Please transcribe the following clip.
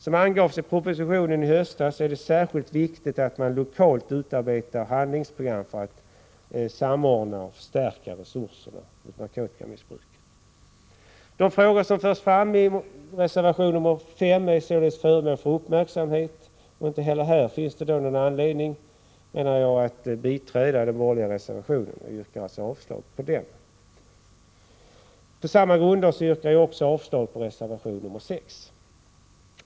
Som angavs i propositionen i höstas är det särskilt viktigt att man lokalt utarbetar handlingsprogram för att samordna och förstärka resurserna mot narkotikamissbruk. De frågor som förs fram i reservation nr 5 är således föremål för uppmärksamhet, och inte heller här finns det någon anledning, menar jag, att biträda den borgerliga reservationen. Jag yrkar alltså avslag på den. På samma grunder yrkar jag också avslag på reservation nr 6.